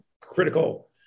critical